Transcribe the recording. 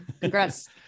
congrats